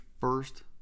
first